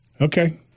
okay